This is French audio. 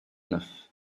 neuf